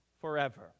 forever